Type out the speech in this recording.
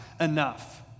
enough